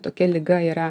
tokia liga yra